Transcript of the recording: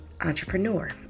Entrepreneur